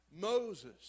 Moses